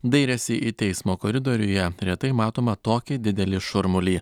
dairėsi į teismo koridoriuje retai matomą tokį didelį šurmulį